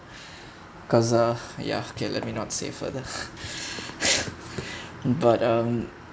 cause uh ya okay let me not say further but um